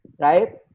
right